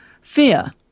fear